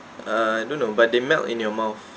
uh I don't know but they melt in your mouth